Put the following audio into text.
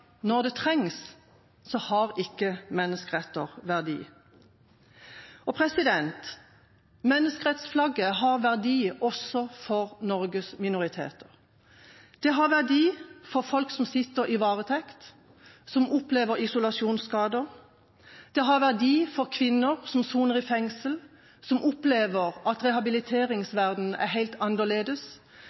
når det trengs, har ikke menneskeretter noen verdi. Menneskerettsflagget har verdi også for Norges minoriteter, verdi for folk som sitter i varetekt og opplever isolasjonsskader, og verdi for kvinner som soner i fengsel og opplever at rehabiliteringsverden er helt annerledes,